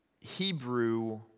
Hebrew